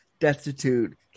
destitute